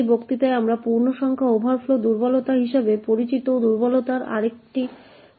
এই বক্তৃতায় আমরা পূর্ণসংখ্যা ওভারফ্লো দুর্বলতা হিসাবে পরিচিত দুর্বলতার আরেকটি রূপ দেখব